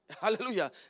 Hallelujah